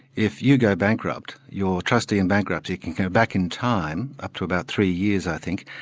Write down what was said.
if you go bankrupt, your trustee in bankruptcy can go back in time, up to about three years i think,